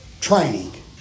training